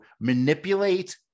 manipulate